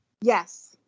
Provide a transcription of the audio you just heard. Yes